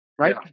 right